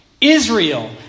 Israel